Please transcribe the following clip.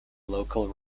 local